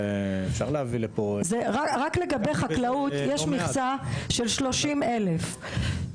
רק לגבי חקלאות, יש מכסה של 30 אלף.